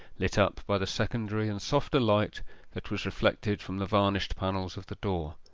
lit up by the secondary and softer light that was reflected from the varnished panels of the door.